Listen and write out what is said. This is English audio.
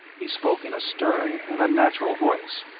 he spoke in a stern and unnatural voice.